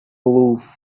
aloof